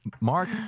Mark